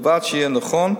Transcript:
ובלבד שיהיה נכון,